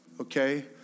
okay